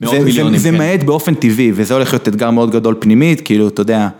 מאות מליונים, כן. זה, זה מאט באופן טבעי, וזה הולך להיות אתגר מאוד גדול פנימית, כאילו, אתה יודע...